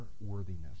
worthiness